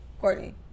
Courtney